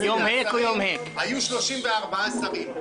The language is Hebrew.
היו 34 שרים.